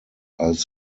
als